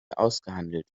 ausgehandelt